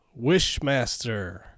Wishmaster